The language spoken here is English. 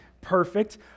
perfect